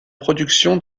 production